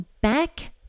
back